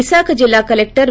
విశాఖ జిల్లా కలెక్టర్ వి